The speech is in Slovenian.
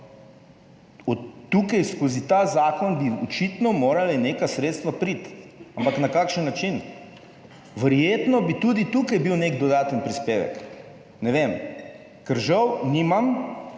od tukaj skozi ta zakon bi očitno morali neka sredstva priti, ampak na kakšen način. Verjetno bi tudi tukaj bil nek dodaten prispevek, ne vem, ker žal nimam